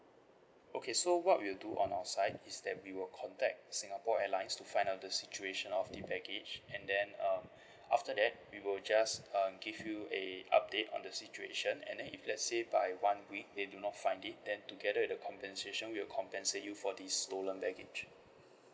okay so what we will do on our side is that we will contact singapore airlines to find out the situation of the baggage and then uh after that we will just uh give you a update on the situation and then if let's say by one week they do not find it then together with the compensation we'll compensate you for the stolen baggage